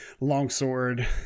Longsword